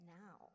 now